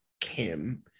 Kim